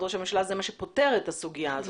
ראש הממשלה זה מה שפותר את הסוגיה הזאת.